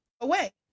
away